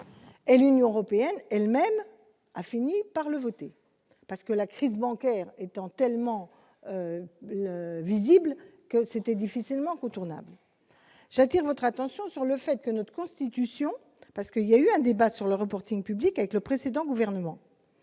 L Union européenne elle-même a fini par le voter parce que la crise bancaire étant tellement visible que c'était difficilement contournable, j'attire votre attention sur le fait que notre constitution parce que il y a eu un débat sur le reporting public avec le précédent gouvernement,